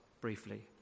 briefly